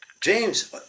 James